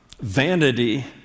vanity